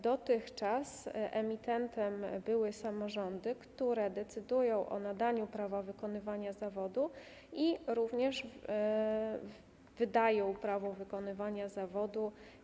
Dotychczas emitentem były samorządy, które decydują o nadaniu prawa wykonywania zawodu, jak również wydają prawo wykonywania zawodu.